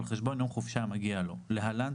על חשבון יום חופשה המגיע לו (להלן,